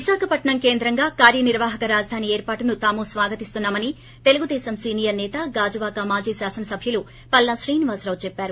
విశాఖపట్సం కేంద్రంగా కార్వనిర్వాహక రాజధాని ఏర్పాటును తాము స్వాగతిస్తున్నామని తెలుగుదేశం సీనియర్ సేత గాజువాక మాజీ శాసనసభ్యుడు పల్లా శ్రీనివాసరావు చెప్పారు